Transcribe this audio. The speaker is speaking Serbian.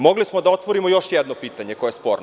Mogli smo da otvorimo još jedno pitanje koje je sporno.